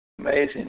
Amazing